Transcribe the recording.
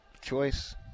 choice